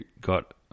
got